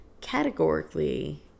categorically